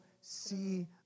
see